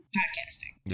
podcasting